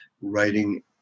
writing